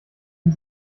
den